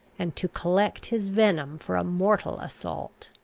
and to collect his venom for a mortal assault.